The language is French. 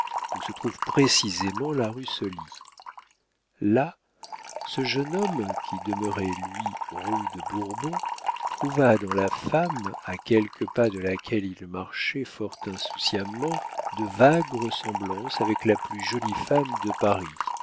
où se trouve précisément la rue soly là ce jeune homme qui demeurait lui rue de bourbon trouva dans la femme à quelques pas de laquelle il marchait fort insouciamment de vagues ressemblances avec la plus jolie femme de paris